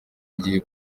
ngiye